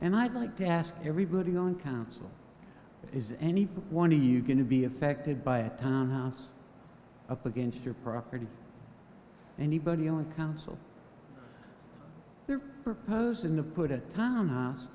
and i'd like to ask everybody on council is any one are you going to be affected by a town house up against your property anybody on a council there proposing to put it down